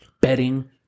betting